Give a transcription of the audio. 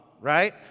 Right